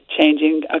changing